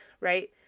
Right